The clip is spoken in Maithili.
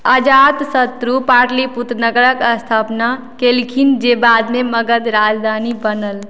अजातशत्रु पाटलिपुत्र नगरक स्थापना कयलखिन जे बादमे मगधक राजधानी बनल